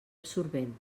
absorbent